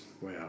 Wow